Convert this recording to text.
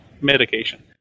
medication